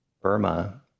Burma